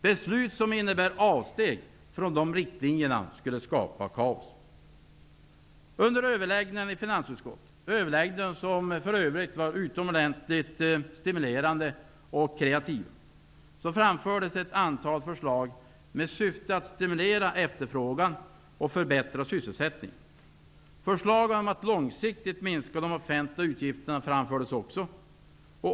Beslut som innebär avsteg från dessa riktlinjer skulle skapa kaos. överläggningar som för övrigt var utomordentligt stimulerande och kreativa -- framfördes ett antal förslag med syfte att stimulera efterfrågan och förbättra sysselsättningen. Förslag om att långsiktigt minska de offentliga utgifterna framfördes också.